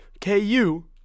KU